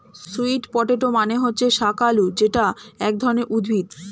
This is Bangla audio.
সুইট পটেটো মানে হচ্ছে শাকালু যেটা এক ধরনের উদ্ভিদ